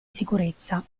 sicurezza